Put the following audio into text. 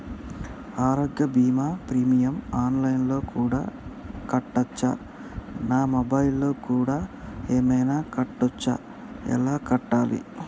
ఆరోగ్య బీమా premium online లో కూడా కట్టచ్చా? నా మొబైల్లో కూడా ఏమైనా కట్టొచ్చా? ఎలా కట్టాలి?